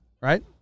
right